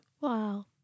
Wow